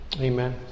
Amen